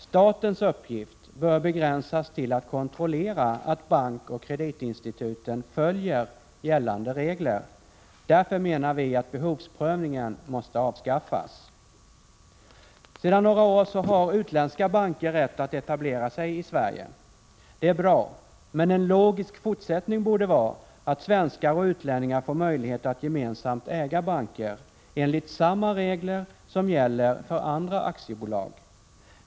Statens uppgift bör begränsas till att kontrollera att bankoch kreditinstituten följer gällande regler. Därför menar vi att behovsprövningen måste avskaffas. Sedan några år tillbaka har utländska banker rätt att etablera sig i Sverige. Det är bra. Men en logisk fortsättning borde vara att svenskar och utlänningar får möjlighet att gemensamt äga banker, enligt samma regler som gäller för andra aktiebolag.